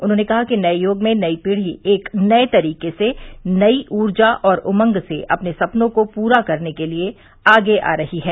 उन्होंने कहा कि नए यूग में नई पीढ़ी एक नए तरीके से नई ऊर्जा और उमंग से अपने सपनों को पूरा करने के लिए आगे आ रही है